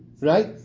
Right